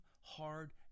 hard